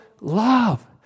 love